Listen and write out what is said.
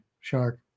shark